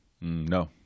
No